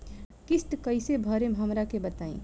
किस्त कइसे भरेम हमरा के बताई?